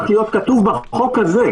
צריך להיות כתוב בחוק הזה,